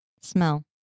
smell